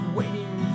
waiting